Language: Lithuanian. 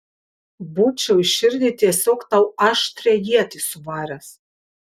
būčiau į širdį tiesiog tau aštrią ietį suvaręs